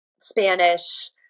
Spanish